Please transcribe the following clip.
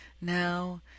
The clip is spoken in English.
now